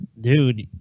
Dude